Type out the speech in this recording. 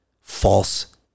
false